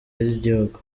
ry’igihugu